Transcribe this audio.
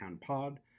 Pod